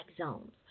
zones